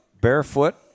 barefoot